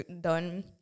done